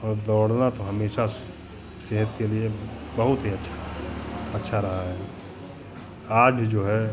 और दौड़ना तो हमेशा सेहत के लिए बहुत ही अच्छा अच्छा रहा है आज जो है